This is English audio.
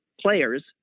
players